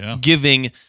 giving